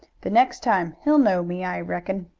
the next time he'll know me, i reckon.